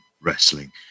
wrestling